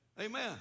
Amen